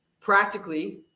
Practically